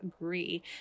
agree